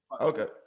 Okay